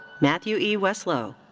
matthew e. wesloh.